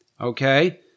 Okay